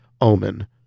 omen